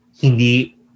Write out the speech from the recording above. Hindi